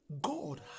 God